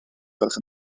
gwelwch